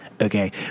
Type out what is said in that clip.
Okay